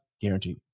Guaranteed